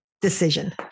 decision